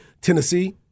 Tennessee